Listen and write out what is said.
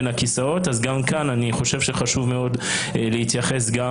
אז גם כאן אני חושב שחשוב מאוד להתייחס גם